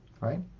right